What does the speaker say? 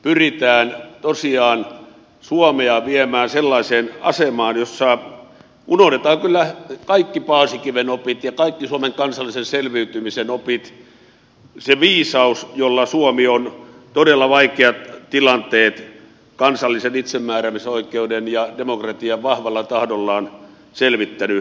pyritään tosiaan suomea viemään sellaiseen asemaan jossa unohdetaan kyllä kaikki paasikiven opit ja kaikki suomen kansallisen selviytymisen opit se viisaus jolla suomi on todella vaikeat tilanteet kansallisen itsemääräämisoikeuden ja demokratian vahvalla tahdollaan selvittänyt